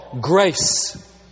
grace